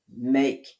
make